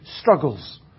struggles